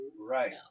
Right